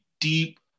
deep